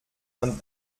man